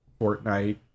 Fortnite